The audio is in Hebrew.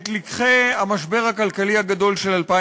את לקחי המשבר הכלכלי הגדול של 2008,